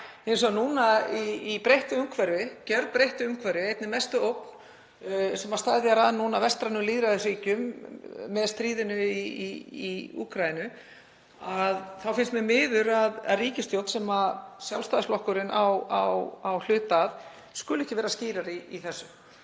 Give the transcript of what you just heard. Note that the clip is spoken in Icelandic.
hins vegar í breyttu umhverfi, gerbreyttu umhverfi, einni mestu ógn sem steðjar að vestrænum lýðræðisríkjum með stríðinu í Úkraínu, þá finnst mér miður að ríkisstjórn sem Sjálfstæðisflokkurinn á hlut að skuli ekki vera skýrari í þessu.